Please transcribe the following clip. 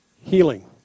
healing